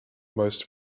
most